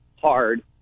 hard